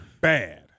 Bad